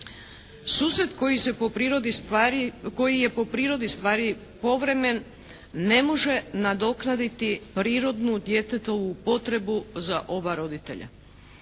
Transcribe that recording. koji je po prirodi stvari povremen ne može nadoknaditi prirodnu djetetovu potrebu za oba roditelja.